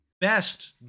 best